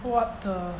what the